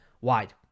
Wide